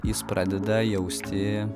jis pradeda jausti